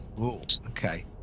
okay